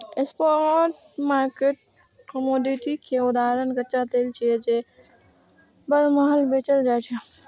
spot market commodity के उदाहरण कच्चा तेल छियै, जे बरमहल बेचल जाइ छै